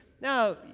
Now